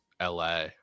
LA